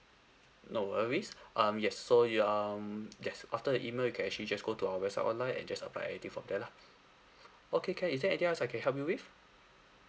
no worries um yes so um yes after the email you can actually just go to our website online and just apply anything from there lah okay can is there anything else I can help you with